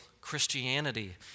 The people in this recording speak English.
christianity